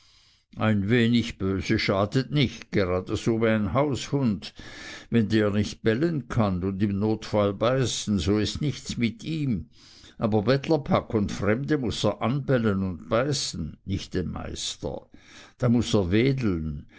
ein wenig böse schadet nicht gerade so wie ein haushund wenn der nicht bellen kann und im notfall beißen so ist nichts mit ihm aber bettlerpack und fremde muß er anbellen und beißen nicht den meister da muß er wedeln